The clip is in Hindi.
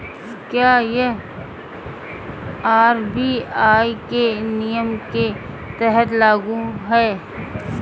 क्या यह आर.बी.आई के नियम के तहत लागू है?